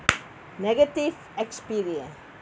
negative experience